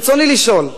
ברצוני לשאול: